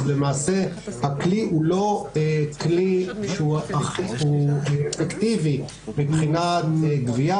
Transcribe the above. אז למעשה הכלי הוא אפקטיבי מבחינת גבייה,